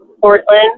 Portland